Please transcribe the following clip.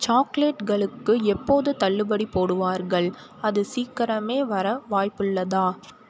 சாக்லேட்களுக்கு எப்போது தள்ளுபடி போடுவார்கள் அது சீக்கிரமே வர வாய்ப்புள்ளதா